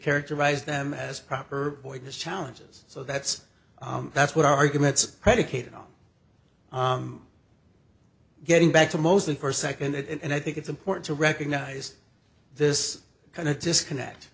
characterized them as proper boy his challenges so that's that's what arguments predicated on getting back to mostly for a second and i think it's important to recognize this kind of disconnect